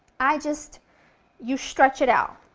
i just you stretch it out.